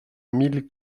mille